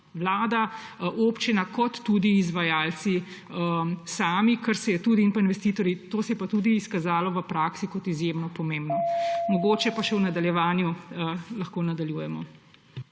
Vlada, občina kot tudi izvajalci in investitorji sami. To se je pa tudi izkazalo v praksi kot izjemno pomembno. Mogoče pa še v nadaljevanju lahko nadaljujemo.